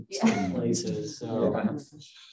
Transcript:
places